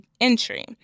entry